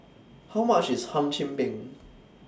How much IS Hum Chim Peng